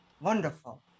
wonderful